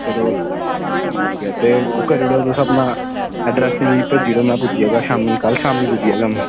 ते ठीक ऐ ते तुस ओह् करी ओड़ेओ अपना एड्रेस मिगी भेजी ओड़ेओ अपना कल्ल शामीं शामीं पुज्जी जाह्गा में